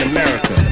America